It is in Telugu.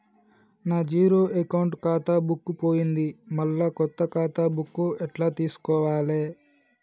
నా జీరో అకౌంట్ ఖాతా బుక్కు పోయింది మళ్ళా కొత్త ఖాతా బుక్కు ఎట్ల తీసుకోవాలే?